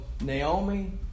Naomi